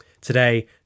Today